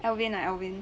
alvin ah alvin